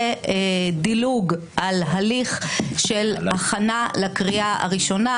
דילוג על הליך של הכנה לקריאה הראשונה,